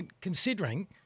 Considering